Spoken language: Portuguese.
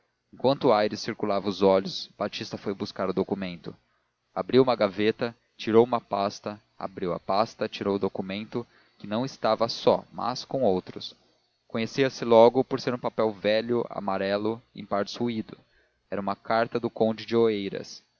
enquanto aires circulava os olhos batista foi buscar o documento abriu uma gaveta tirou uma pasta abriu a pasta tirou o documento que não estava só mas com outros conhecia-se logo por ser um papel velho amarelo em partes roído era uma carta do conde de oeiras